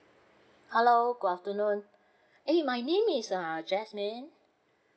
hello good afternoon eh my name is uh jasmine